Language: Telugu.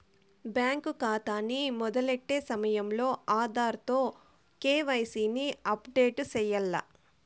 బ్యేంకు కాతాని మొదలెట్టే సమయంలో ఆధార్ తో కేవైసీని అప్పుడేటు సెయ్యాల్ల